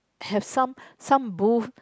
have some some booth